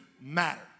matter